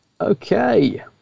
okay